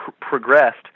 progressed